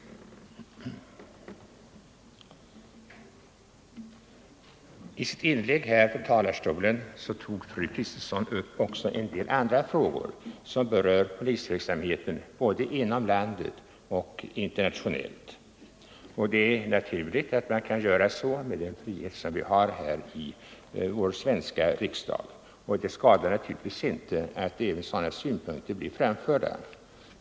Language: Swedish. I sitt inlägg från denna talarstol tog fru Kristensson också upp en del andra frågor som berör polisverksamheten både inom landet och internationellt. Det är naturligt att man gör så, med den frihet vi har här i vår svenska riksdag. Det skadar naturligtvis inte att även sådana synpunkter blir framförda.